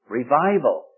revival